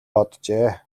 боджээ